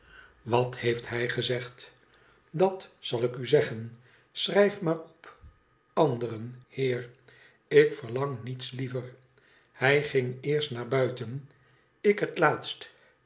wat heeft hij gezegd dat zal ik u zeggen schrijf maar op anderen heer ik verlang niets liever hij ging eerst naar buiten ik het laatst